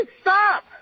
stop